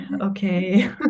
okay